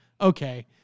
Okay